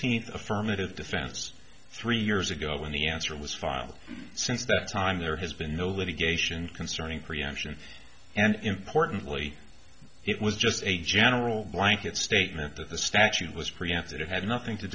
fifteenth affirmative defense three years ago when the answer was filed since that time there has been military geisha and concerning preemption and importantly it was just a general blanket statement that the statute was preempted it had nothing to